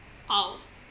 oh